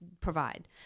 provide